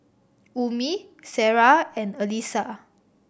Ummi Sarah and Alyssa